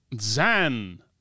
Zan